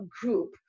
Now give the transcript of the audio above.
group